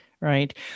right